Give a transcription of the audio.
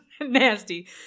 Nasty